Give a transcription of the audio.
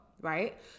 right